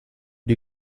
die